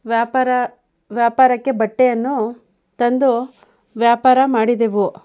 ವ್ಯಾಪಾರ ವ್ಯಾಪಾರಕ್ಕೆ ಬಟ್ಟೆಯನ್ನು ತಂದು ವ್ಯಾಪಾರ ಮಾಡಿದೆವು